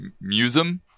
museum